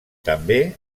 també